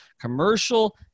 commercial